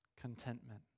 contentment